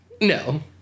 no